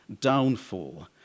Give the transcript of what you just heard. Downfall